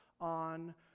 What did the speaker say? on